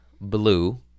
blue